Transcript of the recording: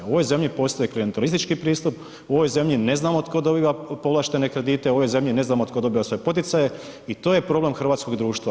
U ovoj zemlji postoji klijentelistički pristup, u ovoj zemlji ne znamo tko dobiva povlaštene kredite, u ovoj zemlji ne znamo tko dobiva sve poticaje i to je problem hrvatskog društva.